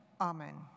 Amen